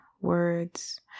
words